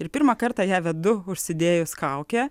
ir pirmą kartą ją vedu užsidėjus kaukę